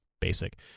basic